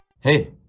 Hey